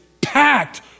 packed